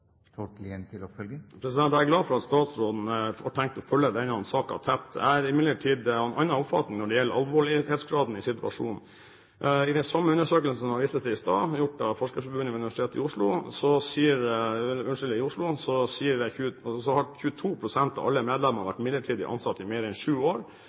Jeg er glad for at statsråden har tenkt å følge denne saken tett. Jeg er imidlertid av en annen oppfatning når det gjelder alvorlighetsgraden av situasjonen. Ifølge den samme undersøkelsen som jeg viste til i stad, gjort av Forskerforbundet, har 22 pst. av alle medlemmer vært midlertidig ansatt i